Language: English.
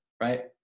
right